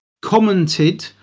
commented